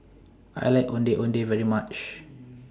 I like Ondeh Ondeh very much